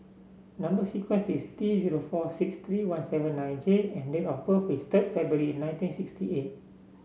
number sequence is T zero four six three one seven nine J and date of birth is third February nineteen sixty eight